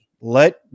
Let